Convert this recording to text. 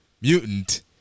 mutant